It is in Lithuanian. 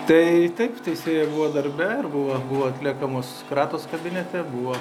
tai taip teisėjai buvo darbe ir buvo buvo atliekamos kratos kabinete buvo